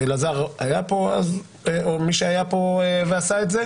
ואלעזר היה פה אז או מישהו היה פה ועשה את זה?